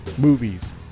movies